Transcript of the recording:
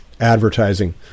Advertising